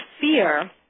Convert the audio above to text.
fear